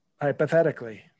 Hypothetically